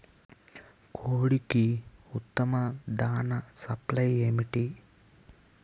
కోడికి ఉత్తమ దాణ సప్లై ఏమిటి?